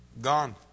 Gone